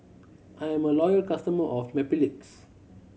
I'm a loyal customer of Mepilex